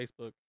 Facebook